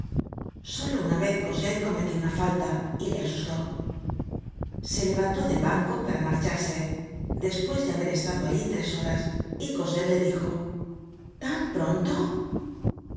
solo una vez cosette cometió una falta y le asustó se levantó del banco para marcharse despues de babor estado allí tres horas y coselte le dijo tan pronto